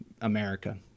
America